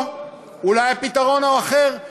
או אולי הפתרון הוא אחר: